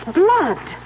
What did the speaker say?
blood